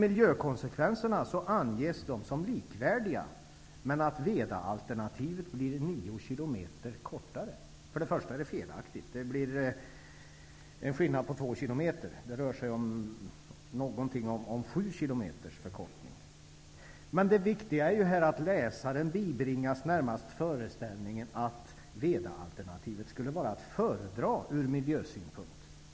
Miljökonsekvenserna anges som likvärdiga, men att Vedaalternativet blir nio kilometer kortare. Först och främst är detta felaktigt. Det blir en skillnad på två kilometer. Det rör sig om sju kilometers förkortning. Men det viktigaste är att läsaren bibringas närmast föreställningen att Vedaalternativet skulle vara att föredra från miljösynpunkt.